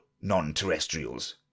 non-terrestrials